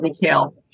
detail